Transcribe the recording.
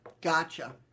Gotcha